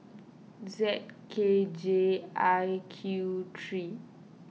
Z K J I Q three